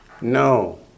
No